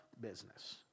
business